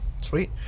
sweet